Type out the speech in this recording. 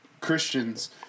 Christians